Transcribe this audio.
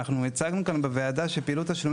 אנחנו הצגנו כאן בוועדה שפעילות תשלומים